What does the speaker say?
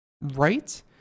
right